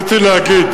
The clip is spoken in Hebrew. רציתי להגיד,